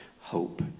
hope